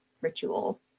ritual